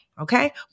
Okay